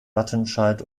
wattenscheid